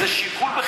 שזה שיקול בכלל.